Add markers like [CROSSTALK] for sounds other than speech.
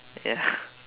ya [NOISE]